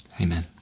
Amen